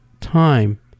time